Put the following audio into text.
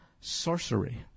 Sorcery